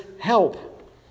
help